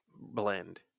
blend